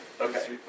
Okay